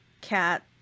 cat